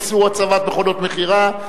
איסור הצבת מכונות מכירה),